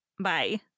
Bye